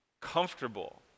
comfortable